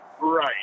Right